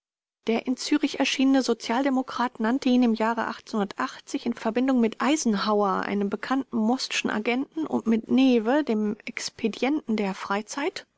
der in zürich erschienene sozialdemokrat nannte ihn im jahre in verbindung mit eisenhauer einem bekannten mostschen agenten und mit neve dem expedienten der freizeit